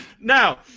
now